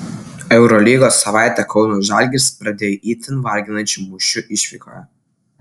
eurolygos savaitę kauno žalgiris pradėjo itin varginančiu mūšiu išvykoje